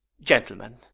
Gentlemen